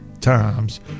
Times